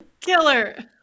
killer